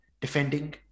defending